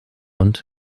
und